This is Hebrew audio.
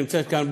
שנמצאת כאן,